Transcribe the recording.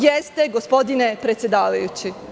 Jeste, gospodine predsedavajući.